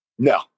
No